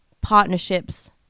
partnerships